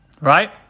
Right